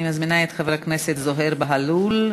אני מזמינה את חבר הכנסת זוהיר בהלול,